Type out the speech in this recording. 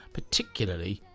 particularly